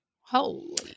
Holy